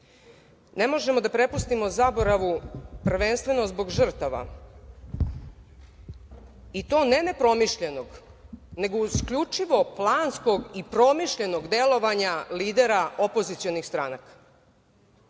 možemo da prepustimo zaboravu, prvenstveno zbog žrtava, i to ne nepromišljenog, nego isključivo planskog i promišljenog delovanja lidera opozicionih stranaka.